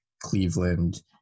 Cleveland